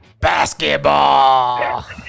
Basketball